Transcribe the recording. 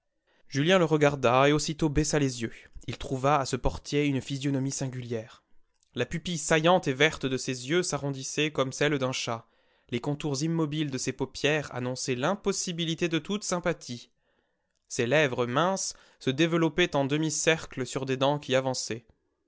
julien le regarda et aussitôt baissa les yeux il trouva à ce portier une physionomie singulière la pupille saillante et verte de ses yeux s'arrondissait comme celle d'un chat les contours immobiles de ses paupières annonçaient l'impossibilité de toute sympathie ses lèvres minces se développaient en demi-cercle sur des dents qui avançaient